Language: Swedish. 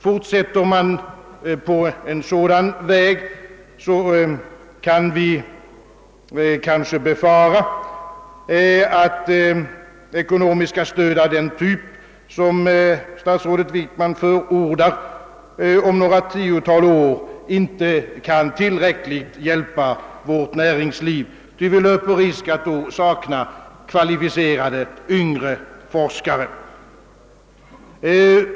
Fortsätter man på en sådan väg, kan det befaras, att ekonomiskt stöd av den typ, som statsrådet Wickman förordar, om några tiotal år inte kan tillräckligt hjälpa vårt näringsliv, ty vi löper risk att då sakna kvalificerade yngre forskare.